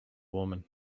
woman